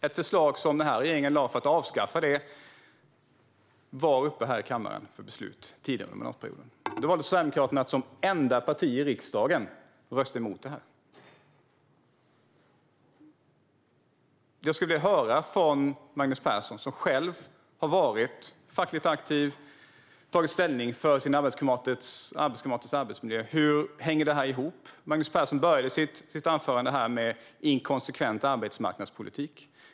Ett förslag som den här regeringen lade fram om att avskaffa detta var uppe i kammaren för beslut tidigare under mandatperioden. Då valde Sverigedemokraterna att som enda parti i riksdagen rösta emot det. Jag skulle vilja höra från Magnus Persson, som själv har varit fackligt aktiv och tagit ställning för sina arbetskamraters arbetsmiljö, hur detta hänger ihop. Magnus Persson inledde sitt anförande med att tala om inkonsekvent arbetsmarknadspolitik.